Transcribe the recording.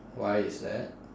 why is that